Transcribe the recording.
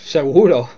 Seguro